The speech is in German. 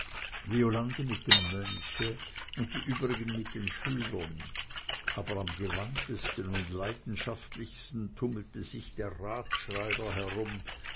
violande mit dem mönch und die übrigen mit den schülern aber am gewandtesten und leidenschaftlichsten tummelte sich der ratsschreiber herum